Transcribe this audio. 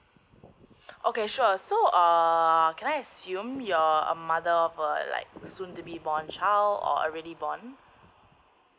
okay sure so err can I assume you're a mother of err like soon to be born child or already born